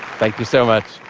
thank you so much.